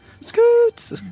Scoots